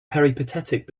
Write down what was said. peripatetic